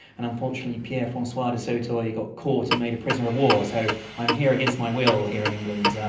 and unfortunately pierre francois du sautoy got caught and made a prisoner of war, so i'm here against my will here in england.